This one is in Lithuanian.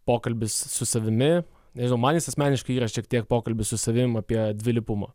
pokalbis su savimi ir man jis asmeniškai yra šiek tiek pokalbis su savim apie dvilypumą